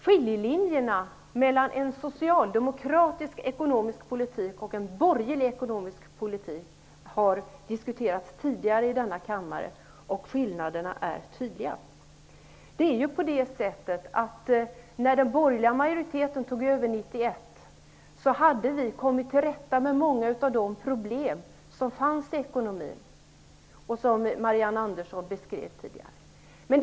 Skiljelinjerna mellan en socialdemokratisk ekonomisk politik och en borgerlig ekonomisk politik har diskuterats tidigare i denna kammare, och skillnaderna är tydliga. När den borgerliga majoriteten tog över 1991 hade vi kommit till rätta med många av de problem som fanns i ekonomin och som Marianne Andersson tidigare beskrev.